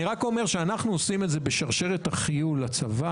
אני רק אומר שכשאנחנו עושים את זה בשרשרת החיול לצבא